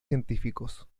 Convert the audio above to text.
científicos